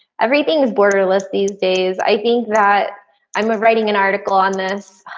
everything is borderless these days. i think that i'm ah writing an article on this.